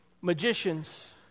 magicians